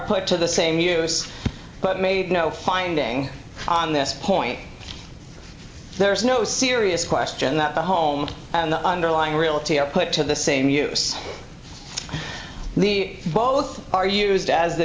put to the same use but made no finding on this point there is no serious question that the home and the underlying realty are put to the same use the both are used as the